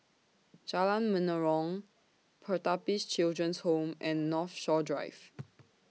Jalan Menarong Pertapis Children Home and Northshore Drive